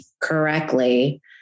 correctly